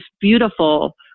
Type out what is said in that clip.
beautiful